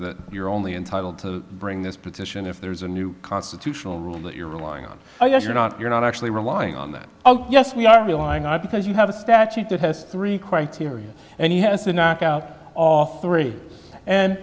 that you're only entitled to bring this petition if there's a new constitutional rule that you're relying on i guess you're not you're not actually relying on that yes we are relying on it because you have a statute that has three criteria and he has to knock out all three and